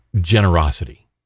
generosity